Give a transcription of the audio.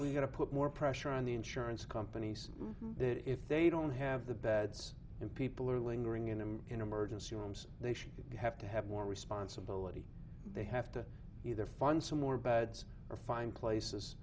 we're going to put more pressure on the insurance companies that if they don't have the beds and people are lingering in him in emergency rooms they should have to have more responsibility they have to either fund some more beds or find places